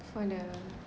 for the